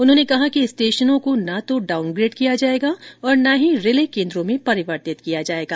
उन्होंने कहा कि स्टेशनों को न तो डाउनग्रेड किया जाएगा और न ही रिले केंद्रों में परिवर्तित किया जाएगा